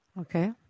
Okay